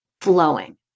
flowing